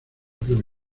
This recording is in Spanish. prueba